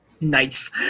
nice